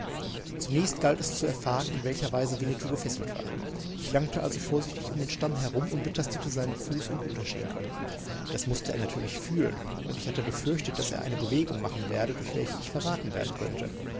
zunächst galt es zu erfahren in welcher weise winnetou gefesselt war ich langte also vorsichtig um den stamm hinum und betastete seinen fuß und unterschenkel das mußte er natürlich fühlen und ich hatte befürchtet daß er eine bewegung machen werde durch welche ich verraten werden könnte